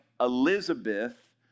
Elizabeth